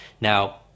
Now